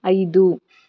ಐದು